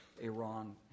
Iran